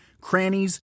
crannies